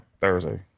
Thursday